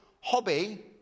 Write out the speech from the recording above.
hobby